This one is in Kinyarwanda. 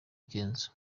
kenzo